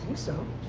so